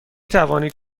توانید